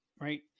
right